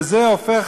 וזה הופך